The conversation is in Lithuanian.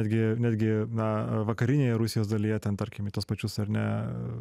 netgi netgi na vakarinėje rusijos dalyje ten tarkim į tuos pačius ar ne